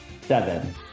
seven